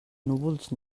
núvols